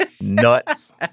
Nuts